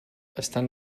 estan